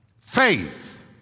Faith